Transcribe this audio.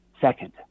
Second